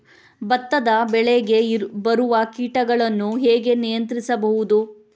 ಭತ್ತದ ಬೆಳೆಗೆ ಬರುವ ಕೀಟಗಳನ್ನು ಹೇಗೆ ನಿಯಂತ್ರಿಸಬಹುದು?